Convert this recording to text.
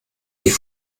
die